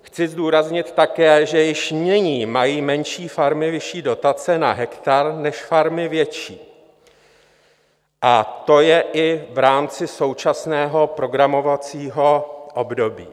Chci zdůraznit také, že již nyní mají menší farmy vyšší dotace na hektar než farmy větší, to je i v rámci současného programovacího období.